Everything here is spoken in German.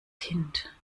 kind